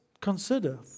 consider